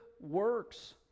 works